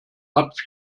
hat